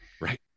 right